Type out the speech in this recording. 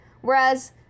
Whereas